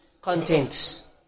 contents